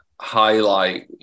highlight